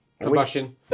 combustion